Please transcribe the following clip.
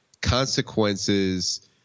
consequences